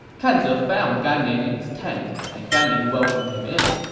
kan ze found gan ning in his tent, and gan ning welcomed him in.